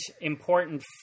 important